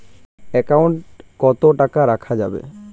Account কত টাকা রাখা যাবে?